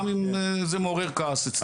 גם אם זה מעורר כעס אצלינו.